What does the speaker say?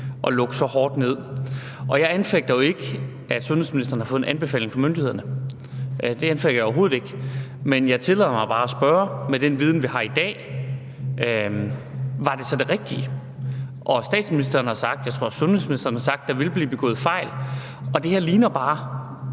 at lukke så hårdt ned? Og jeg anfægter jo ikke, at sundhedsministeren har fået en anbefaling fra myndighederne – det anfægter jeg overhovedet ikke – men jeg tillader mig bare med den viden, vi har i dag, at spørge: Var det så det rigtige? Statsministeren har sagt, og jeg tror også, sundhedsministeren